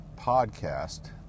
podcast